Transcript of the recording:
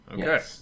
Okay